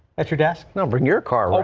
at your desk number in your car